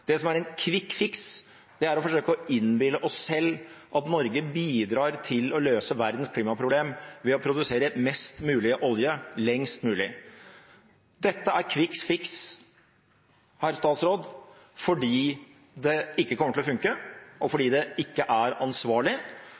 Det som er en «quick fix», er å forsøke å innbille oss selv at Norge bidrar til å løse verdens klimaproblem ved å produsere mest mulig olje lengst mulig. Dette er «quick fix», herr statsråd, fordi det ikke kommer til å fungere, og fordi det ikke er ansvarlig.